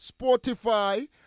Spotify